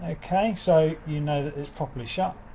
ah okay, so you know that it's properly shut.